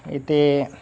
इथे